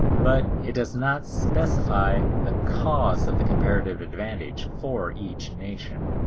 but it does not specify the cause of the comparative advantage for each nation.